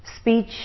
Speech